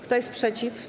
Kto jest przeciw?